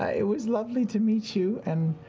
ah it was lovely to meet you and